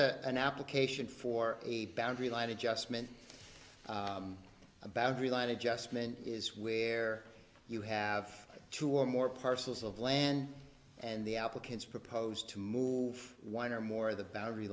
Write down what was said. a an application for a boundary line adjustment a boundary line adjustment is where you have two or more parcels of land and the applicants proposed to move one or more of the b